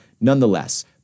nonetheless